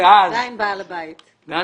אז אני שואל,